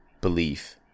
belief